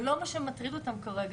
זה לא מה שמטריד אותן כרגע.